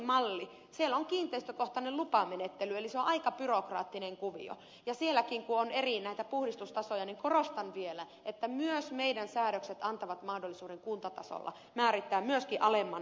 siinä on kiinteistökohtainen lupamenettely eli se on aika byrokraattinen kuvio ja sielläkin kun on eri puhdistustasoja niin korostan vielä että myös meidän säädökset antavat mahdollisuuden kuntatasolla määrittää myöskin alemman puhdistustehon